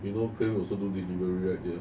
you know crave also do delivery right dear